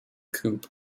coupe